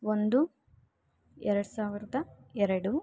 ಒಂದು ಎರಡು ಸಾವಿರದ ಎರಡು